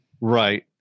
Right